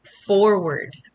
forward